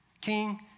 King